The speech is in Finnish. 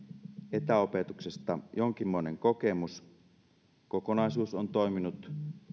etäopetuksesta jonkinmoinen kokemus kokonaisuus on toiminut